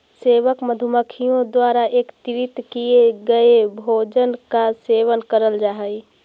सेवक मधुमक्खियों द्वारा एकत्रित किए गए भोजन का सेवन करल जा हई